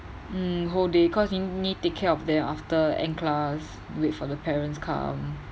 mm whole day cause nee~ need take care of them after end class wait for the parents come